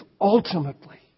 ultimately